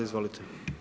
Izvolite.